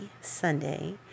Sunday